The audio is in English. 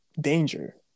danger